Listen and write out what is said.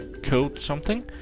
code, something.